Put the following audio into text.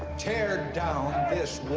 tear down this